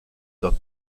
top